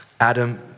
Adam